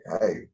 hey